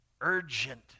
Urgent